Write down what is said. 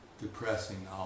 depressing